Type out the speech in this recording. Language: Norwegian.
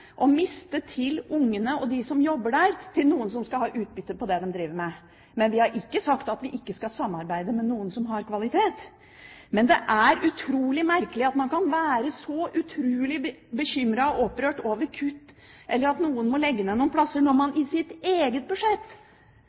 å miste til ungene eller til dem som jobber der, til noen som skal ha utbytte av det de driver med. Men vi har ikke sagt at vi ikke skal samarbeid med noen som har kvalitet. Det er utrolig merkelig at man kan være så utrolig bekymret og opprørt over kutt, eller at noen må legge ned noen plasser, når man i sitt eget budsjett